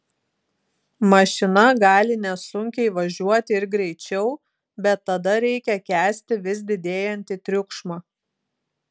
mašina gali nesunkiai važiuoti ir greičiau bet tada reikia kęsti vis didėjantį triukšmą